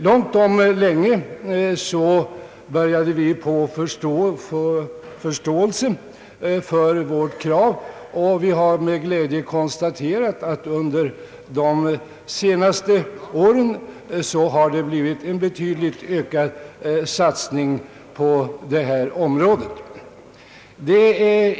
Långt om länge började vi vinna förståelse för vårt krav, och vi har med glädje konstaterat att det under de senaste åren skett en betydligt ökad satsning på det området.